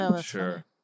Sure